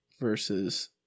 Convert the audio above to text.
versus